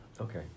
Okay